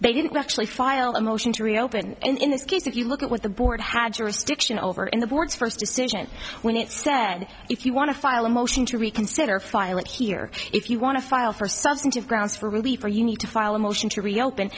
they didn't actually file a motion to reopen in this case if you look at what the board had jurisdiction over in the board's first decision when it said if you want to file a motion to reconsider file it here if you want to file for substantive grounds for relief or you need to file a motion to reopen